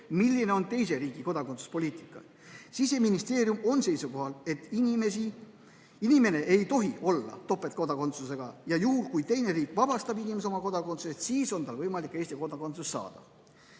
milline on teise riigi kodakondsuspoliitika. Siseministeerium on seisukohal, et inimene ei tohi olla topeltkodakondsusega. Kui teine riik vabastab inimese oma kodakondsusest, siis on tal võimalik Eesti kodakondsust saada.